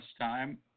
time